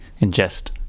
ingest